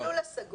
זה במסלול הסגור,